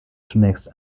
zunächst